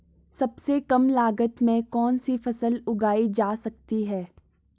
सबसे कम लागत में कौन सी फसल उगाई जा सकती है